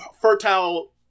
fertile